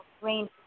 rain